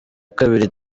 kabili